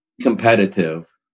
competitive